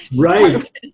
Right